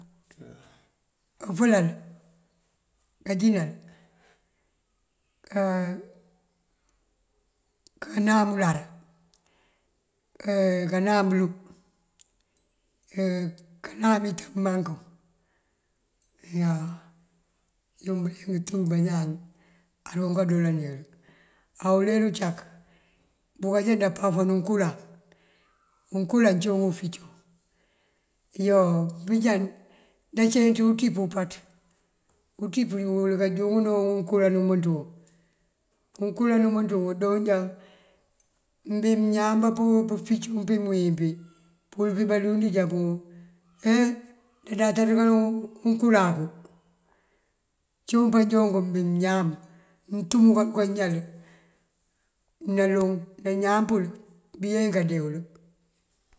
Dëfëlal, kajínal, kanáam uláar, kanáam ulug, kanáam ito bumangú yo. Yuŋ bëliyëng tú bañaan aroon kadoolal yël. Á uler ucak bukajee bupaf unkulaŋ, unkulaŋ cúun uficoŋ yo, bunjá unceenc utíp wul upaţ. Utíp wul këjúŋëna wun unkulaŋ umënţ wun. Unkulaŋ umënţ wun ujoon já bí mëñam bá buficoŋ bí mëwín bí, pul pí balund já pun undáataţ kaloŋ ngëkuráaru cúun panjook mëñam muntumu kako ñal. Naloŋ na ñam pul been kadee wul.